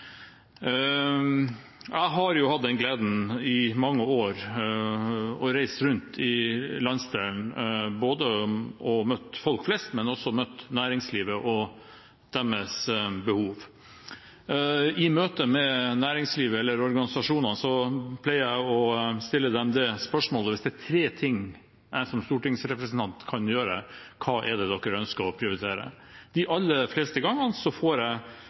Jeg har i mange år hatt gleden av å reise rundt i landsdelen og møtt folk flest, men også møtt næringslivet og hørt deres behov. I møte med næringslivet eller organisasjoner pleier jeg å stille spørsmålet: Hvis det er tre ting jeg som stortingsrepresentant kan gjøre – hva er det dere ønsker å prioritere? De aller fleste gangene får jeg